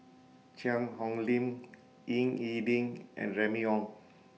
Cheang Hong Lim Ying E Ding and Remy Ong